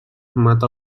mata